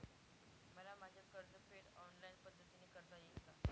मला माझे कर्जफेड ऑनलाइन पद्धतीने करता येईल का?